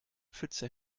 pfütze